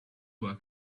were